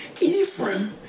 Ephraim